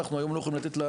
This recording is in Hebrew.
אנחנו היום לא יכולים לתת.